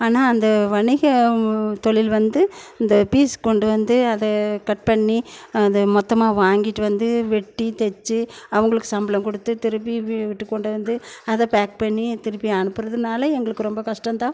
ஆனால் அந்த வணிகம் தொழில் வந்து இந்த பீஸ் கொண்டு வந்து அது கட் பண்ணி அது மொத்தமாக வாங்கிட்டு வந்து வெட்டி தச்சு அவங்களுக்கு சம்பளம் கொடுத்து திருப்பி வீட்டுக்கு கொண்டு வந்து அதை பேக் பண்ணி திரும்பி அனுப்புறதுனால் எங்களுக்கு ரொம்ப கஷ்டந்தான்